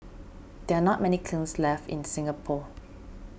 there are not many kilns left in Singapore